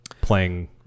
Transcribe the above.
playing